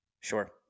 Sure